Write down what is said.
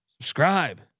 subscribe